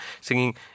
singing